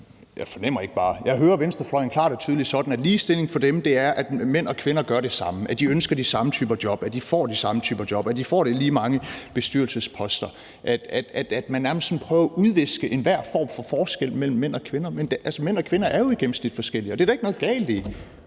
jeg fornemmer ikke bare, jeg hører venstrefløjen klart og tydeligt sådan, at ligestilling for dem er, at mænd og kvinder gør det samme, at de ønsker de samme typer job, at de får de samme typer job, at de får lige mange bestyrelsesposter, og at man nærmest prøver at udviske enhver form for forskel mellem mænd og kvinder. Men mænd og kvinder er jo i gennemsnit forskellige, og det er der ikke noget galt i,